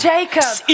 Jacob